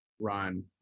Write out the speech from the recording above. run